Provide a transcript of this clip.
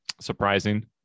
surprising